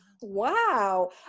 Wow